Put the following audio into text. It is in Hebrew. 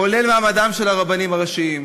כולל מעמדם של הרבנים הראשיים,